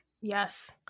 Yes